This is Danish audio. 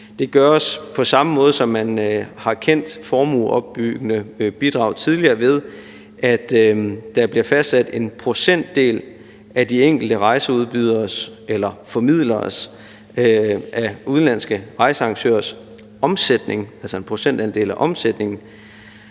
det gøres på samme måde, som man har kendt det ved formueopbyggende bidrag, nemlig at der bliver fastsat en procentdel af de enkelte rejseformidlere af udenlandske rejsearrangørers omsætning, altså en procentandel af omsætningen,